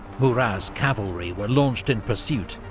murat's cavalry were launched in pursuit,